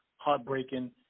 heartbreaking